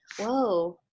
whoa